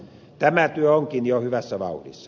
tämä työ onkin jo hyvässä vauhdissa